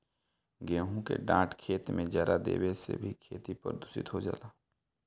गेंहू के डाँठ खेत में जरा देवे से भी खेती प्रदूषित हो जाला